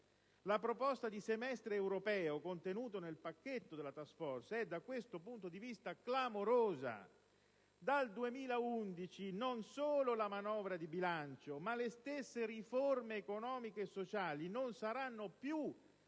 La proposta di semestre europeo contenuta nel pacchetto della *task force* è da questo punto di vista clamorosa: dal 2011 non solo la manovra di bilancio ma le stesse riforme economiche e sociali non saranno più